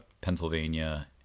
Pennsylvania